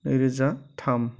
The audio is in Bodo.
नैरोजा थाम